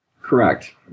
Correct